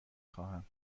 خواهم